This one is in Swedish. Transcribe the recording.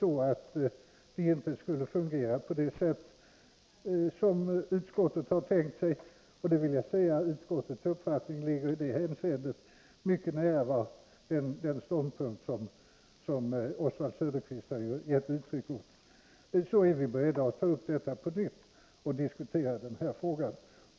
Om de inte skulle fungera på det sätt som utskottet har tänkt sig — jag vill säga att utskottets uppfattning i detta hänseende ligger mycket nära den ståndpunkt som Oswald Söderqvist har gett uttryck åt — är vi beredda att på nytt ta upp och diskutera denna fråga.